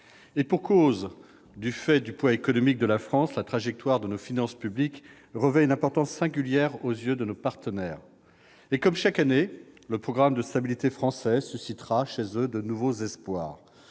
Et pour cause : du fait du poids économique de la France, la trajectoire de nos finances publiques revêt une importance singulière aux yeux de nos partenaires. Comme chaque année, le programme de stabilité français suscitera chez eux de nouveaux espoirs.